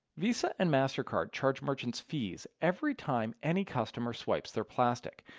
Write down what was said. visa and mastercard charge merchants fees every time any customer swipes their plastic.